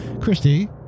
Christy